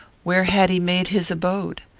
where had he made his abode?